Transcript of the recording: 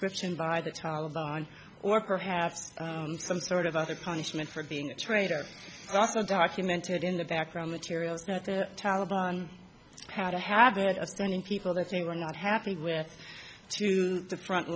conscription by the taliban or perhaps some sort of other punishment for being a traitor also documented in the background materials that the taliban had a habit of turning people that they were not happy with to the front